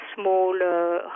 smaller